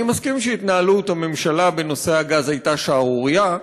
אני מסכים שהתנהלות הממשלה בנושא הגז הייתה שערורייה.